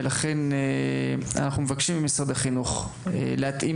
ולכן אנחנו מבקשים ממשרד החינוך להתאים